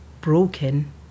broken